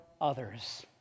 others